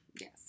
Yes